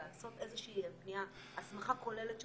אלא לעשות איזה הסמכה כוללת,